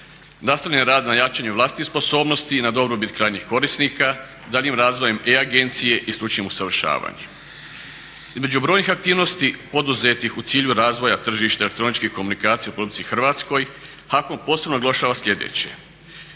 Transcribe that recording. Nastavljen je rad na jačanju vlastitih sposobnosti i na dobrobit krajnjih korisnika daljnjim razvojem e-agencije i stručnim usavršavanjem. Između brojnih aktivnosti poduzetih u cilju razvoja tržišta elektroničkih komunikacija u RH HAKOM posebno naglašava sljedeće: